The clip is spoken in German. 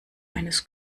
eines